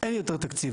אין יותר תקציב,